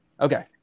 Okay